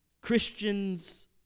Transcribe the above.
Christians